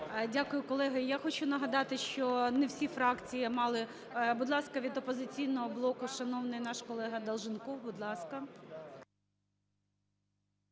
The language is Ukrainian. Дякую, колеги. Я хочу нагадати, що не всі фракції мали… Будь ласка, від "Опозиційного блоку" шановний наш колега Долженков. Будь ласка.